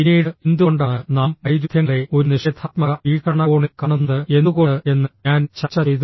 പിന്നീട് എന്തുകൊണ്ടാണ് നാം വൈരുദ്ധ്യങ്ങളെ ഒരു നിഷേധാത്മക വീക്ഷണകോണിൽ കാണുന്നത് എന്തുകൊണ്ട് എന്ന് ഞാൻ ചർച്ച ചെയ്തു